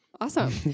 Awesome